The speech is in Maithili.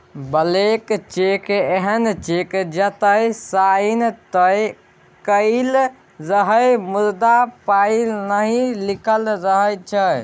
ब्लैंक चैक एहन चैक जतय साइन तए कएल रहय मुदा पाइ नहि लिखल रहै छै